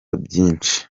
byinshi